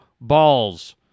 Balls